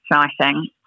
exciting